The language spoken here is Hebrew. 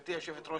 גברתי היושבת-ראש,